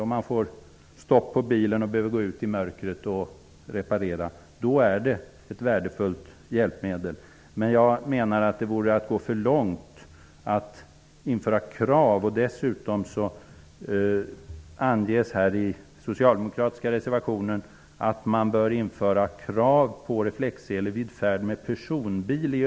Om man t.ex. får fel på bilen och behöver gå ut i mörkret för att reparera den är reflexselen ett värdefullt hjälpmedel.